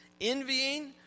Envying